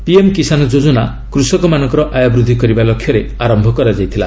PM Kisan ଯୋଜନା କୃଷକମାନଙ୍କର ଆୟ ବୃଦ୍ଧି କରିବା ଲକ୍ଷ୍ୟରେ ଆରମ୍ଭ କରାଯାଇଥିଲା